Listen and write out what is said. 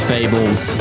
Fables